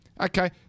Okay